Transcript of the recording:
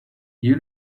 you